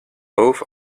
both